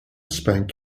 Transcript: spank